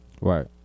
Right